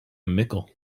mickle